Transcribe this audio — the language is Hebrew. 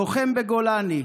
לוחם בגולני,